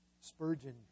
Spurgeon